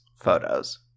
photos